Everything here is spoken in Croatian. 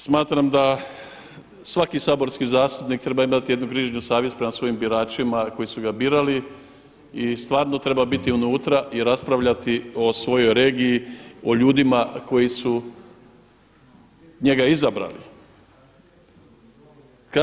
Smatram da svaki saborski zastupnik treba imati jednu grižnju savjesti prema svojim biračima koji su ga birali i stvarno treba biti unutra i raspravljati o svojoj regiji, o ljudima koji su njega izabrali.